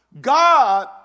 God